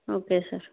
okay sir